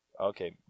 Okay